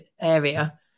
area